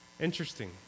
Interesting